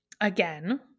again